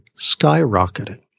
skyrocketing